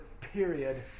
period